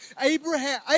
abraham